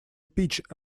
pitch